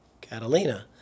Catalina